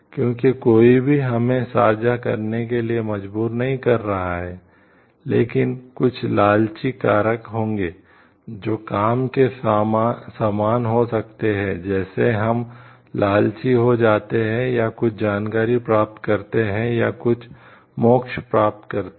क्योंकि कोई भी हमें साझा करने के लिए मजबूर नहीं कर रहा है लेकिन कुछ लालची कारक होंगे जो काम के समान हो सकते हैं जैसे हम लालची हो जाते हैं या कुछ जानकारी प्राप्त करते हैं या कुछ मोक्ष प्राप्त करते हैं